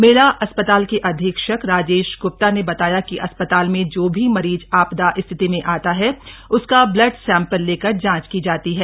मेला अस्पताल के अधीक्षक राजेश ग्र्प्ता ने बताया कि अस्पताल में जो भी मरीज आपात स्थिति में आता है उसका ब्लड सैम्पल लेकर जांच की जाती है